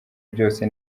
byose